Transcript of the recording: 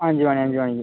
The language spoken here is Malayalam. അഞ്ച് മണി അഞ്ച് മണിക്ക്